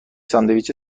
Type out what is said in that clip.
ساندویچ